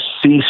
cease